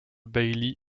bailly